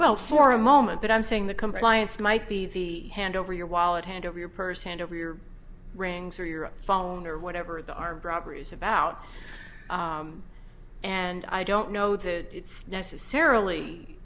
well for a moment but i'm saying the compliance might be the hand over your wallet hand over your purse hand over your rings or your phone or whatever the are briberies about and i don't know that it's necessarily